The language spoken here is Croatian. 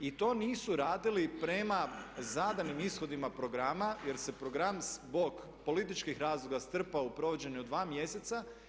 I to nisu radili prema zadanim ishodima programa, jer se program zbog političkih razloga strpao u provođenje od dva mjeseca.